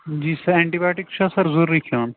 جی sir antibiotic چھا sir ضروٗری کھیٚون